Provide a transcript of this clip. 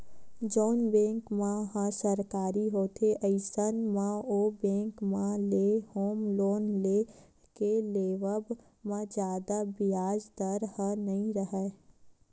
जउन बेंक मन ह सरकारी होथे अइसन म ओ बेंक मन ले होम लोन के लेवब म जादा बियाज दर ह नइ राहय